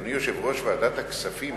אדוני יושב-ראש ועדת הכספים.